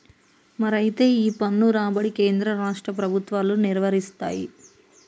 మరి అయితే ఈ పన్ను రాబడి కేంద్ర రాష్ట్ర ప్రభుత్వాలు నిర్వరిస్తాయి